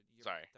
sorry